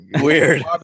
weird